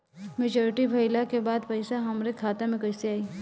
Maturity भईला के बाद पईसा हमरे खाता में कइसे आई?